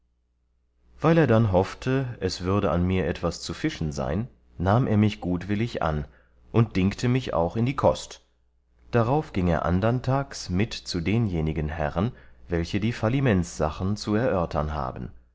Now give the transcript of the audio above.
weil er dann hoffte es würde an mir etwas zu fischen sein nahm er mich gutwillig an und dingte mich auch in die kost darauf gieng er andern tags mit zu denjenigen herren welche die fallimentssachen zu erörtern haben